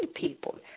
people